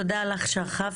תודה לך, שחף.